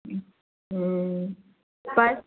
पर